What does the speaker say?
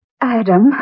Adam